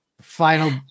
final